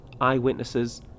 eyewitnesses